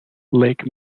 lake